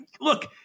Look